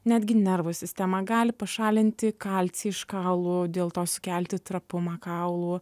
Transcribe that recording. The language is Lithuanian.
netgi nervų sistemą gali pašalinti kalcį iš kaulų dėl to sukelti trapumą kaulų